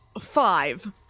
five